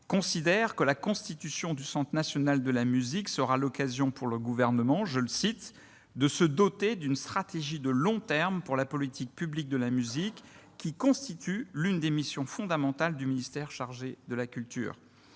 considère que la constitution du Centre national de la musique sera l'occasion, pour le Gouvernement, « de se doter d'une stratégie de long terme pour la politique publique de la musique, qui constitue l'une des missions fondamentales du ministère chargé de la culture ».